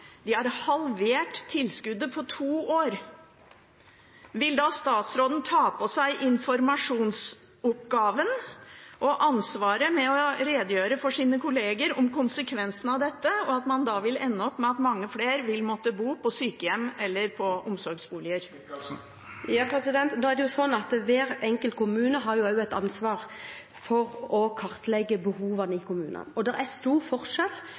de har halvert tilskuddet på to år. Vil statsråden ta på seg informasjonsoppgaven og ansvaret for å redegjøre for sine kolleger om konsekvensen av dette, som er at mange flere da vil ende opp med å måtte bo på sykehjem eller i omsorgsboliger? Det er sånn at hver enkelt kommune har et ansvar for å kartlegge sine behov, og det er stor forskjell